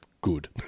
good